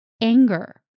anger